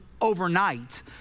overnight